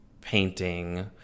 painting